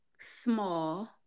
small